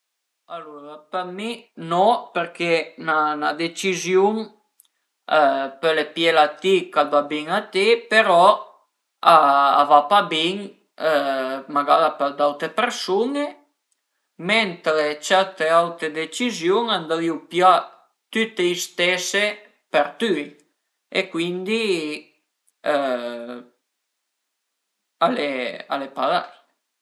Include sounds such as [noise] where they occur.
Alura për mi no perché 'na deciziun põle piela ti ch'a va bin a ti però a va pa bin magara për d'autre persun-e, mentre certe autre deciziun andrìu pià tüte i stese për tüi e cuindi [hesitation] al e parei